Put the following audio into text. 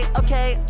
okay